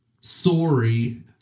sorry